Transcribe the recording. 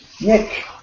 Nick